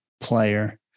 player